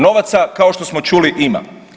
Novaca, kao što smo čuli, ima.